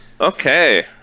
Okay